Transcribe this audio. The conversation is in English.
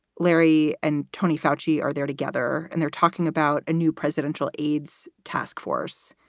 larry and tony foushee are there together and they're talking about a new presidential aids task force.